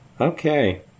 okay